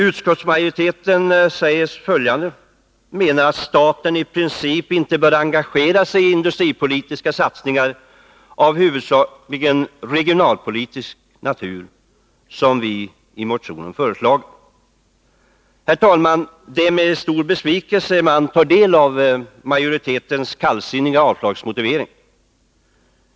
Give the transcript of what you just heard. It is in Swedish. Utskottsmajoriteten menar att staten i princip inte bör engagera sig i industripolitiska satsningar av huvudsakligen regionalpolitisk natur, som vi i motionen har föreslagit. Det är med stor besvikelse man tar del av majoritetens kallsinniga motivering för avstyrkande.